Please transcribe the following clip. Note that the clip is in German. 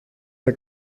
der